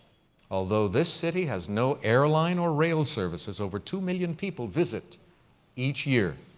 although this city has no airline or rail services, over two million people visit each year.